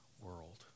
world